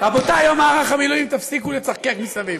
רבותי, יום מערך המילואים, תפסיקו לצחקק מסביב.